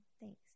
thanks